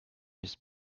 his